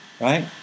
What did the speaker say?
right